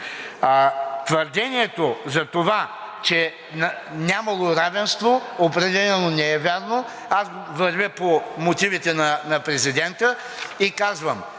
Твърдението, че нямало равенство, определено не е вярно. Вървя по мотивите на президента и казвам,